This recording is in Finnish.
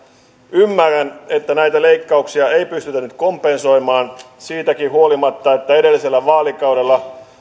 ymmärrän että näitä leikkauksia ei pystytä nyt kompensoimaan siitäkään huolimatta että edellisellä vaalikaudella